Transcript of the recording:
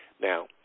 Now